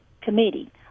committee